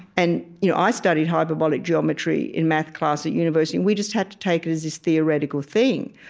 and you know i studied hyperbolic geometry in math class at university, and we just had to take it as this theoretical thing.